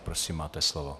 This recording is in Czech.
Prosím, máte slovo.